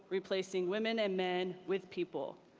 replacing women and men with people.